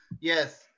Yes